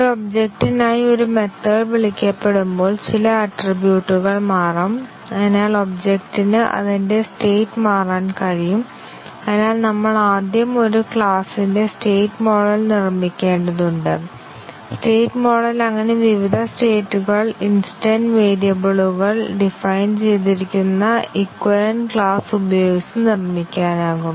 ഒരു ഒബ്ജക്റ്റ്നായി ഒരു മെത്തേഡ് വിളിക്കപ്പെടുമ്പോൾ ചില ആട്രിബ്യൂട്ടുകൾ മാറാം അതിനാൽ ഒബ്ജക്റ്റ്ന് അതിന്റെ സ്റ്റേറ്റ് മാറ്റാൻ കഴിയും അതിനാൽ നമ്മൾ ആദ്യം ഒരു ക്ലാസിന്റെ സ്റ്റേറ്റ് മോഡൽ നിർമ്മിക്കേണ്ടതുണ്ട് സ്റ്റേറ്റ് മോഡൽ അങ്ങനെ വിവിധ സ്റ്റേറ്റ്കൾ ഇൻസ്റ്റെൻസ് വേരിയബിളുകൾ ഡിഫയിൻ ചെയ്തിരിക്കുന്ന ഇക്വലെനറ്റ് ക്ലാസ് ഉപയോഗിച്ച് നിർമ്മിക്കാനാകും